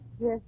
Yes